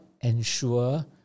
ensure